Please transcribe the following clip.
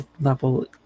level